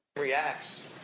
Reacts